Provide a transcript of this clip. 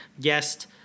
guest